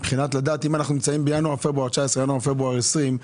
בהשוואה בין ינואר-פברואר 2019 לינואר-פברואר 2020,